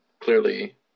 clearly